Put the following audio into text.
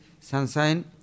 sunshine